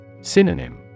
Synonym